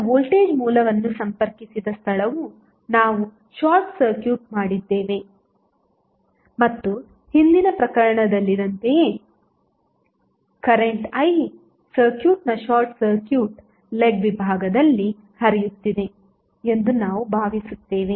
ಮತ್ತು ವೋಲ್ಟೇಜ್ ಮೂಲವನ್ನು ಸಂಪರ್ಕಿಸಿದ ಸ್ಥಳವು ನಾವು ಶಾರ್ಟ್ ಸರ್ಕ್ಯೂಟ್ ಮಾಡಿದ್ದೇವೆ ಮತ್ತು ಹಿಂದಿನ ಪ್ರಕರಣದಲ್ಲಿದ್ದಂತೆಯೇ ಕರೆಂಟ್ I ಸರ್ಕ್ಯೂಟ್ನ ಶಾರ್ಟ್ ಸರ್ಕ್ಯೂಟ್ ಲೆಗ್ ವಿಭಾಗದಲ್ಲಿ ಹರಿಯುತ್ತಿದೆ ಎಂದು ನಾವು ಭಾವಿಸುತ್ತೇವೆ